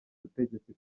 butegetsi